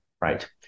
right